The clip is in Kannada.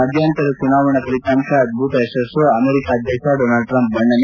ಮಧ್ಯಂತರ ಚುನಾವಣಾ ಫಲಿತಾಂಶ ಅದ್ಲುತ ಯಶಸ್ಸು ಅಮೆರಿಕ ಅಧ್ಯಕ್ಷ ಡೊನಾಲ್ಡ್ ಟ್ರಂಪ್ ಬಣ್ಣನೆ